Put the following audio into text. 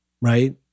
Right